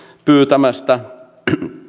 pyytämästä